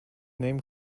name